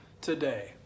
today